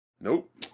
Nope